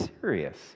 serious